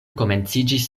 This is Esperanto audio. komenciĝis